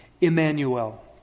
Emmanuel